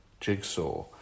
jigsaw